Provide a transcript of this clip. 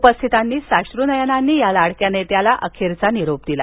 उपस्थितांनी साश्र नयनांनी या लाडक्या नेत्याला अखेरचा निरोप दिला